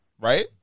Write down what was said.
right